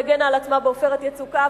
והגנה על עצמה ב"עופרת יצוקה",